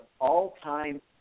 all-time